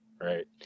right